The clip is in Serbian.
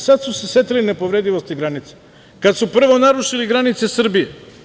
Sad su se setili nepovredivosti granica, kad su prvo narušili granice Srbije.